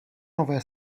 nové